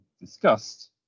discussed